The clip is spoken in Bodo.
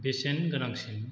बेसेन गोनांसिन